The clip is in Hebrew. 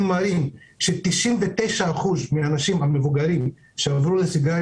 מראים ש-99% מהאנשים המבוגרים שעברו לסיגריה